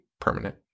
permanent